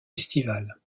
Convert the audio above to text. estivale